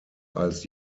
als